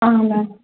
ಹಾಂ ಮ್ಯಾಮ್